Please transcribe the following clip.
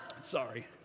Sorry